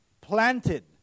planted